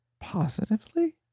Positively